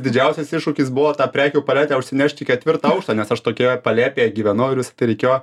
didžiausias iššūkis buvo tą prekių paletę užsinešt į ketvirtą aukštą nes aš tokioje palėpėje gyvenau ir vis tai reikėjo